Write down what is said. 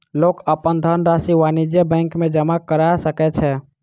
लोक अपन धनरशि वाणिज्य बैंक में जमा करा सकै छै